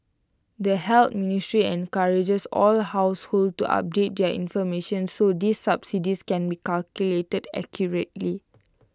the health ministry encourages all households to update their information so these subsidies can be calculated accurately